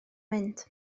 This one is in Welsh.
mynd